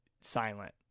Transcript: silent